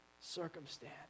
circumstance